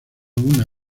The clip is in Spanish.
una